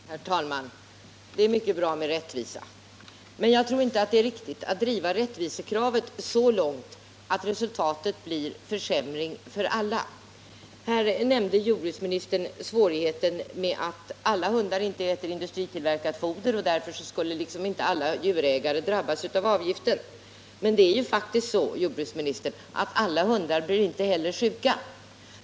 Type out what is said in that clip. Herr talman! Det är mycket bra med rättvisa. Men jag tror inte att det är riktigt att driva rättvisekravet så långt att resultatet blir försämring för alla. Jordbruksministern nämnde svårigheten med att alla hundar inte äter industritillverkat foder och att därför inte alla djurägare skulle drabbas av avgiften. Men det är faktiskt så, herr jordbruksminister, att alla hundar inte heller blir sjuka.